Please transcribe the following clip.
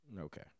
Okay